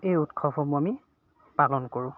এই উৎসৱসমূহ আমি পালন কৰোঁ